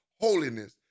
holiness